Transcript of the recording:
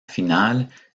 final